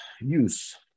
use